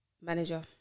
Manager